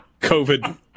COVID